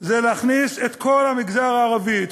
זה להכניס את כל המגזר הערבי,